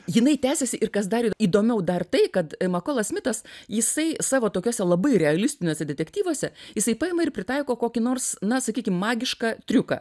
jinai tęsiasi ir kas dar įdomiau dar tai kad makolas smitas jisai savo tokiose labai realistiniuose detektyvuose jisai paima ir pritaiko kokį nors na sakykim magišką triuką